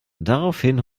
daraufhin